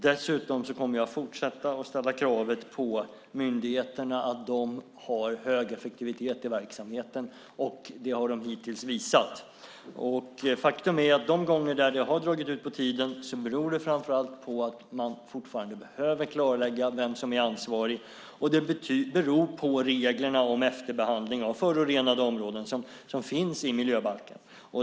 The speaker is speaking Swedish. Dessutom kommer jag att fortsätta att ställa krav på myndigheterna att de har hög effektivitet i verksamheten. Det har de hittills visat. Faktum är att de gånger där det har dragit ut på tiden beror det framför allt på att man fortfarande behöver klarlägga vem som är ansvarig. Detta beror på reglerna om efterbehandling av förorenade områden som finns i miljöbalken.